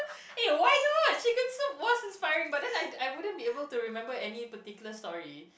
eh why not chicken soup was inspiring but then I I wouldn't be able to remember any particular story